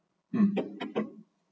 um